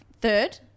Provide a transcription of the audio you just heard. Third